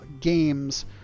games